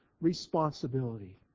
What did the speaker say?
responsibility